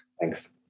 Thanks